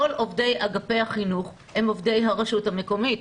כל עובדי אגפי החינוך הם עובדי הרשות המקומית.